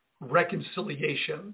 reconciliation